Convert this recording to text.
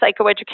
psychoeducation